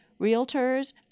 realtors